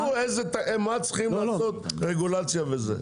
עכשיו עזבו מה צריכים לעשות רגולציה וזה.